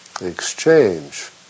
exchange